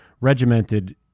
regimented